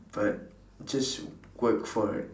but just work for it